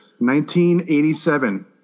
1987